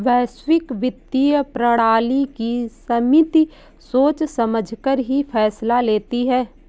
वैश्विक वित्तीय प्रणाली की समिति सोच समझकर ही फैसला लेती है